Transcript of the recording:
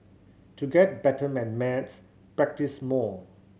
to get better maths practise more